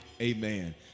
amen